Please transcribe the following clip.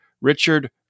Richard